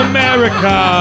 America